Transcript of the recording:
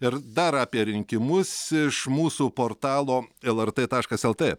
ir dar apie rinkimus iš mūsų portalo lrt taškas lt